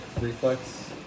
reflex